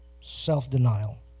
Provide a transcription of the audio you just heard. Self-denial